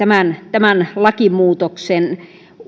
tämän lakimuutoksen